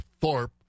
Thorpe